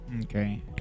okay